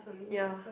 ya